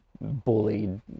bullied